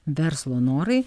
verslo norai